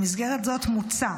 במסגרת זו מוצע